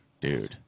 dude